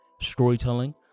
storytelling